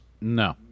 No